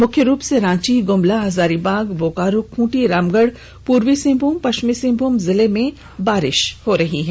मुख्य रूप से रांची गुमला हजारीबाग बोकारो खूंटी रामगढ़ पूर्वी सिंहभूम पश्चिमी सिंहभूम जिले में हल्की बारिश हो रही हैं